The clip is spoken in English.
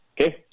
Okay